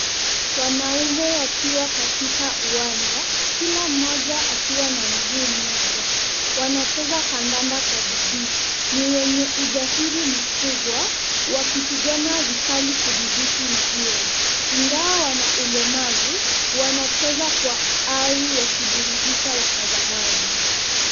Wanaume wakiwa katika uwanja, kila mmoja akiwa na mguu mmoja. Wanacheza kandanda kwa bidii. Ni wenye ujasiri mkubwa, wakipigana vikali kudhibiti mpira. Ingawa wana ulemavu, wanacheza kwa ari wakiburudisha watazamaji.